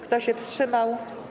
Kto się wstrzymał?